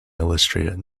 illustrated